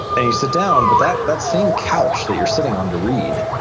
and you sit down, but that that same couch that you're sitting on to read,